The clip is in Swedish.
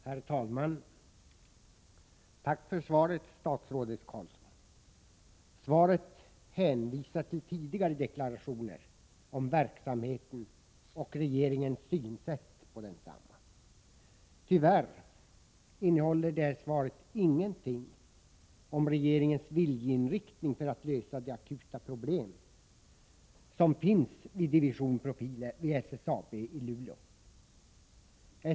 Herr talman! Tack för svaret, statsrådet Carlsson. Svaret hänvisar till tidigare deklarationer om verksamheten och regeringens synsätt på densamma. Tyvärr innehåller det här svaret ingenting om regeringens viljeinriktning när det gäller att lösa de akuta problem som finns vid Division Profiler vid SSAB i Luleå.